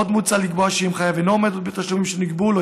עוד מוצע לקבוע שאם חייב אינו עומד עוד בתשלומים שנקבעו לו,